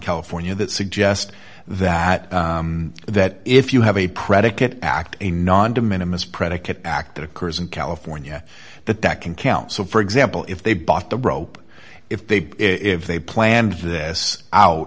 california that suggests that that if you have a predicate act a non de minimus predicate act that occurs in california that that can count so for example if they bought the rope if they if they planned this out